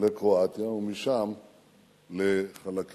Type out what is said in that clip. לקרואטיה ומשם לחלקים,